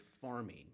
farming